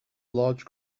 large